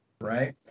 right